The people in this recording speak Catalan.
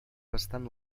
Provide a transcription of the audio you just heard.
bastant